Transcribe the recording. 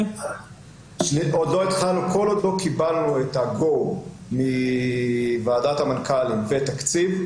כל עוד לא קיבלנו את ה-GO מוועדת המנכ"לים ותקציב,